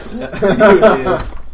Yes